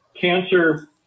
cancer